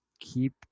keep